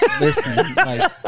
listening